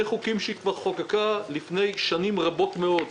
חוקים שהיא כבר חוקקה לפני שנים רבות מאוד.